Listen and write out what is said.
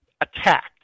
attacked